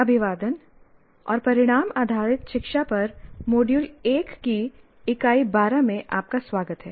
अभिवादन और परिणाम आधारित शिक्षा पर मॉड्यूल 1 की इकाई 12 में आपका स्वागत है